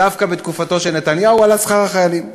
דווקא בתקופתו של נתניהו עלה שכר החיילים.